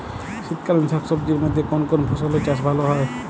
শীতকালীন শাকসবজির মধ্যে কোন কোন ফসলের চাষ ভালো হয়?